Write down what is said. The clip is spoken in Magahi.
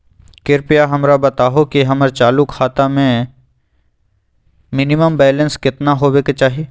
कृपया हमरा बताहो कि हमर चालू खाता मे मिनिमम बैलेंस केतना होबे के चाही